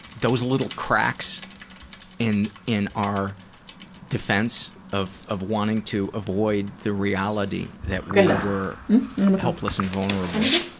those little cracks in in our defense of of wanting to avoid the reality that we were helpless and vulnerable,